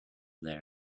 there